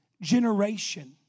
generation